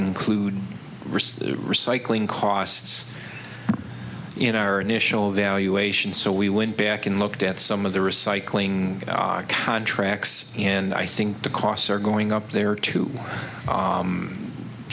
include recycling costs in our initial evaluation so we went back and looked at some of the recycling contracts and i think the costs are going up there too